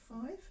five